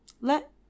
Let